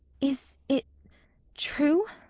is it true?